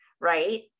right